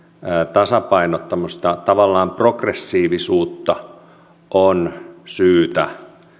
tasapainottamista tavallaan progressiivisuutta on syytä